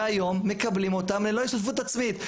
והיום מקבלים אותם ללא השתתפות עצמית.